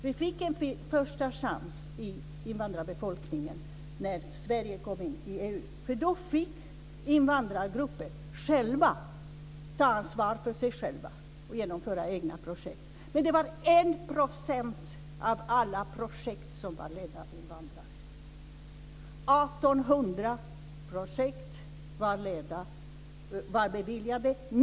Vi fick en första chans i invandrarbefolkningen när Sverige blev medlem i EU. Då fick nämligen invandrargrupperna ta ansvar för sig själva och genomföra egna projekt. Men det var 1 % av alla projekt som leddes av invandrare. 1 800 projekt var beviljade.